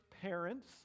parents